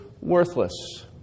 worthless